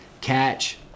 catch